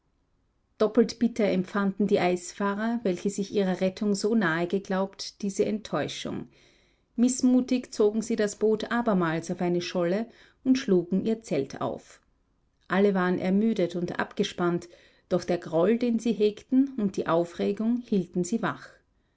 doppelt bitter empfanden die eisfahrer welche sich ihrer rettung so nahe geglaubt diese enttäuschung mißmutig zogen sie das boot abermals auf eine scholle und schlugen ihr zelt auf alle waren ermüdet und abgespannt doch der groll den sie hegten und die aufregung hielten sie wach